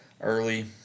early